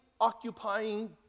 occupying